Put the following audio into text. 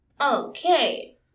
Okay